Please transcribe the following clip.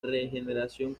regeneración